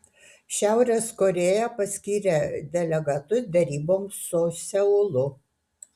šiaurės korėja paskyrė delegatus deryboms su seulu